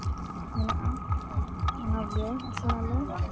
ᱤᱧᱟᱹᱜ ᱚᱱᱟᱜᱮ